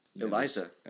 Eliza